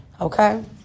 okay